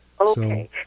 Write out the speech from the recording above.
Okay